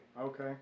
okay